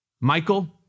Michael